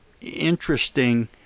interesting